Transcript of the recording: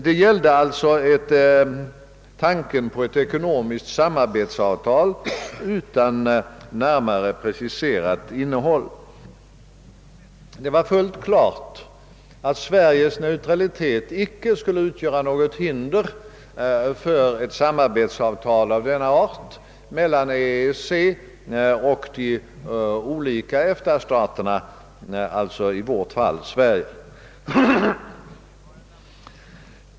Det gällde alltså tanken på ett ekonomiskt samarbetsavtal utan närmare preciserat innehåll. Det var fullt klart att neutraliteten icke skulle utgöra något hinder för ett samarbetsavtal av denna art mellan EEC och de olika EFTA-staterna, bl.a. Sverige.